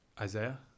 Isaiah